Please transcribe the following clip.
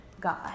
God